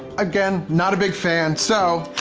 again, not a big fan so